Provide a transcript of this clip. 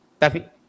Tapi